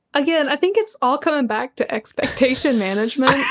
again, i think it's all coming back to expectation management.